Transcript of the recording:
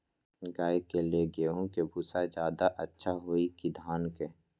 गाय के ले गेंहू के भूसा ज्यादा अच्छा होई की धान के?